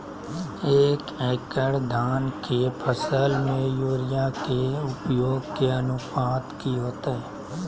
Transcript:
एक एकड़ धान के फसल में यूरिया के उपयोग के अनुपात की होतय?